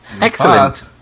Excellent